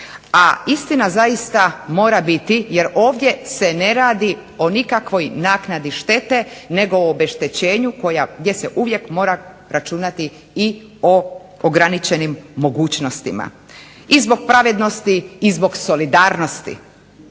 A istina zaista mora biti jer ovdje se ne radi o nikakvoj naknadi štete nego o obeštećenju gdje se uvijek mora računati i o ograničenim mogućnostima. I zbog pravednosti i zbog solidarnosti